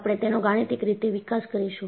આપણે તેનો ગાણિતીક રીતે વિકાસ કરીશું